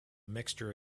mixture